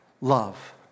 love